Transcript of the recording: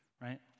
right